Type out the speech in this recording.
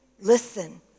Listen